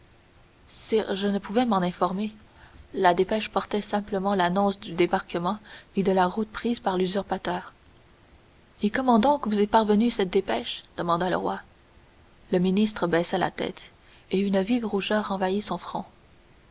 sire je ne pouvais m'en informer la dépêche portait simplement l'annonce du débarquement et de la route prise par l'usurpateur et comment donc vous est parvenue cette dépêche demanda le roi le ministre baissa la tête et une vive rougeur envahit son front